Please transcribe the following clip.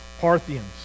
Parthians